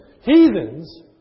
Heathens